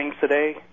today